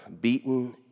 beaten